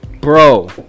bro